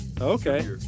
Okay